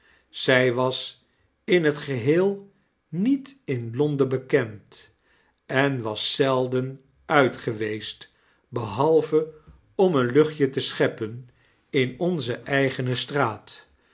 zy was in het geheel niet in l o n d e n bekend en was zelden uit geweest behalve om een luchtje te scheppen in onze eigene straat